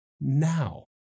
now